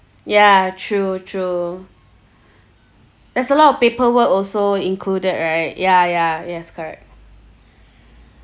ya true true there's a lot of paperwork also included right ya ya yes correct